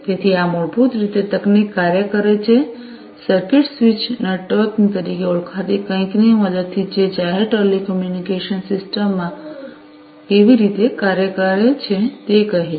તેથી આ મૂળભૂત રીતે તકનીક કાર્ય કરે છે સર્કિટ સ્વિચ નેટવર્કિંગ તરીકે ઓળખાતી કંઈકની મદદથી જે જાહેર ટેલિકમ્યુનિકેશન સિસ્ટમોને કેવી રીતે કાર્ય કરે છે તે કહે છે